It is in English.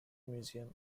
museum